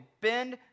bend